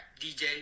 DJ